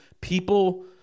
people